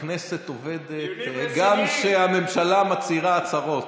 הכנסת עובדת גם כשהממשלה מצהירה הצהרות.